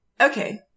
Okay